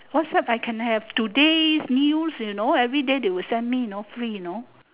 WhatsApp I can have today's news you know everyday they will send me know free know